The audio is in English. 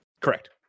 correct